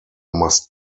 must